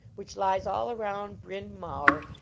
which lies all around bryn mawr,